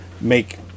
make